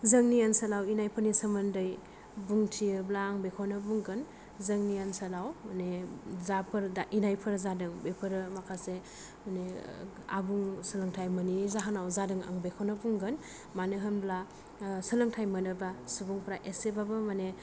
जोंनि ओनसोलाव इनायफोरनि सोमोन्दै बुंथियोब्ला आं बेखौनो बुंगोन जोंनि ओनसोलाव माने जाफोर दा इनायफोर जादों बेफोरो माखासे माने आबुं सोलोंथाइ मोनि जाहोनाव जादों आं बेखौनो बुंगोन मानो होमब्ला सोलोंथाइ मोनोबा सुबुंफ्रा एसेबाबो माने